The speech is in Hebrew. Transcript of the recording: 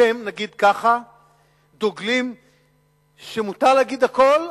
אתם דוגלים בזה שמותר להגיד הכול,